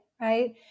right